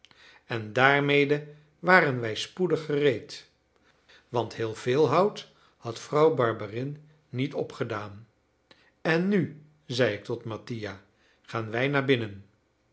en daarmede waren wij spoedig gereed want heel veel hout had vrouw barberin niet opgedaan en nu zei ik tot mattia gaan wij naar binnen